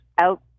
out